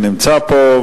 שנמצא פה,